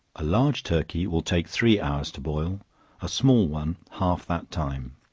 a large turkey will take three hours to boil a small one half that time